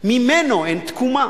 שממנו אין תקומה.